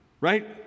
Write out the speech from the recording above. right